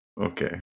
Okay